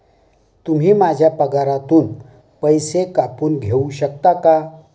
तुम्ही माझ्या पगारातून पैसे कापून घेऊ शकता का?